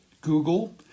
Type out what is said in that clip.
Google